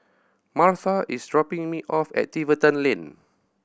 Martha is dropping me off at Tiverton Lane